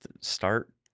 start